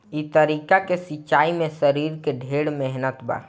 ई तरीका के सिंचाई में शरीर के ढेर मेहनत बा